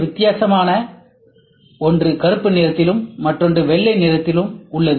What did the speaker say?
இரண்டு வித்தியாசமான ஒன்று கருப்பு நிறத்திலும் மற்றொன்று வெள்ளை நிறத்தில் உள்ளது